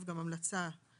להכריז